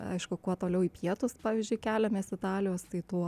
aišku kuo toliau į pietus pavyzdžiui keliamės italijos tai tuo